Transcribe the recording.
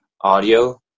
audio